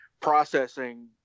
processing